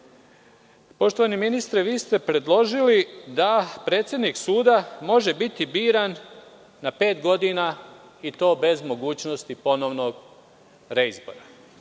poštovani ministre, vi ste predložili da predsednik suda može biti biran na pet godina i to bez mogućnosti ponovnog reizbora. Naš